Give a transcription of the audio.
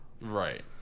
Right